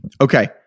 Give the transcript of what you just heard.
Okay